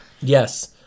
Yes